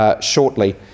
shortly